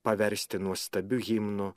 paversti nuostabiu himnu